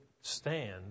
stand